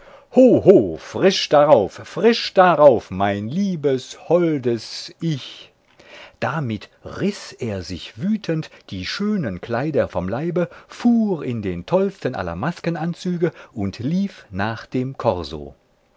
frisch darauf frisch darauf mein liebes holdes ich damit riß er sich wütend die schönen kleider vom leibe fuhr in den tollsten aller maskenanzüge und lief nach dem korso